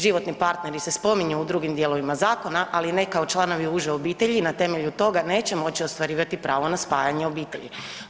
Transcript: Životni partneri se spominju u drugim dijelovima zakona, ali ne kao članovi uže obitelji i na temelju toga neće moći ostvarivati pravo na spajanje obitelji.